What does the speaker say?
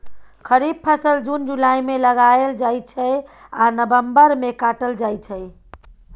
खरीफ फसल जुन जुलाई मे लगाएल जाइ छै आ नबंबर मे काटल जाइ छै